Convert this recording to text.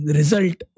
result